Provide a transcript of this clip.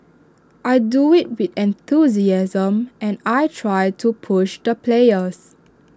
I do IT with enthusiasm and I try to push the players